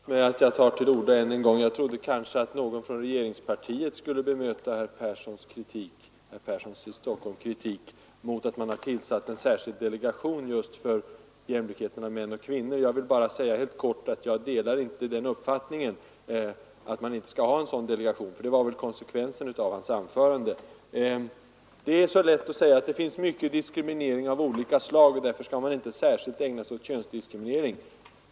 Herr talman! Förlåt mig för att jag tar till orda ännu en gång! Jag trodde att någon från regeringspartiet skulle bemöta herr Perssons i Stockholm kritik mot att en särskild delegation har tillsatts just för frågan om jämlikhet mellan män och kvinnor. Jag vill bara helt kort säga att jag inte delar uppfattningen, att vi inte bör ha en sådan delegation — det var ju konsekvensen av herr Perssons anförande. Det är lätt att säga att det finns diskriminering av många olika slag och att man därför inte bara kan ägna sig åt förekomsten av könsdiskriminering.